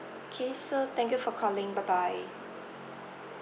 okay so thank you for calling bye bye